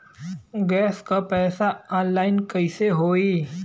Gas क पैसा online कइसे होई?